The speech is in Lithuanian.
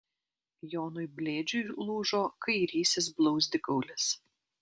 jonui blėdžiui lūžo kairysis blauzdikaulis